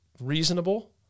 reasonable